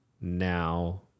Now